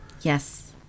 yes